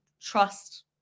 trust